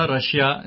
Russia